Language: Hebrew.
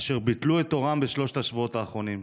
אשר ביטלו את תורם בשלושת השבועות האחרונים.